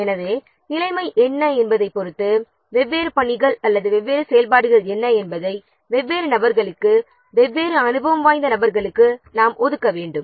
பொதுவாக project manager இந்த நிலைமைப் பொறுத்து வெவ்வேறு பணிகள் அல்லது வெவ்வேறு செயல்பாடுகள் என்ன என்பதை வெவ்வேறு நபர்களுக்கு வெவ்வேறு அனுபவம் வாய்ந்த நபர்களுக்கு நாம் ஒதுக்க வேண்டும்